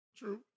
True